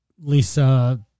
Lisa